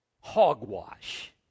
Hogwash